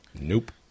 Nope